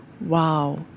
Wow